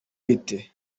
bite